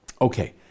Okay